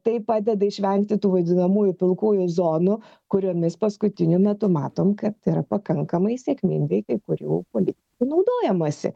tai padeda išvengti tų vadinamųjų pilkųjų zonų kuriomis paskutiniu metu matom kad yra pakankamai sėkmingai kai kurių politikų naudojamasi